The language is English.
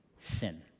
sin